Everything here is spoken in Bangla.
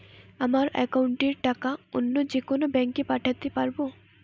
আমার একাউন্টের টাকা অন্য যেকোনো ব্যাঙ্কে পাঠাতে পারব?